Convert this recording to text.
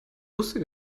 wusste